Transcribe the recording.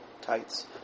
tights